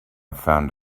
found